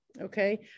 okay